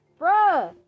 Bruh